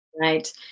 right